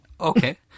Okay